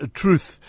truth